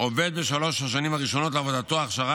עובר בשלוש השנים הראשונות לעבודתו הכשרה